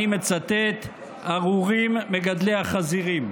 אני מצטט: "ארורים מגדלי החזירים".